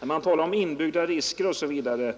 När man talar om inbyggda risker osv. och säger att